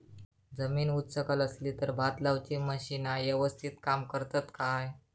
जमीन उच सकल असली तर भात लाऊची मशीना यवस्तीत काम करतत काय?